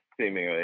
seemingly